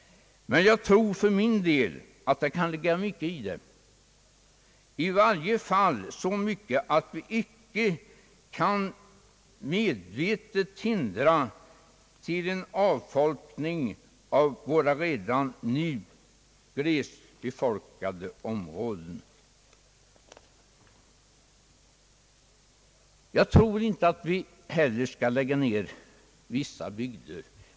Men jag tror för min del att det kan ligga mycket i dem, i varje fall så mycket att vi inte medvetet skall bidra till en avfolkning av våra redan nu glest befolkade områden. Jag tror inte heller att vi skall lägga ned vissa bygder.